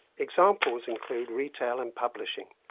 examples include retail and publishing.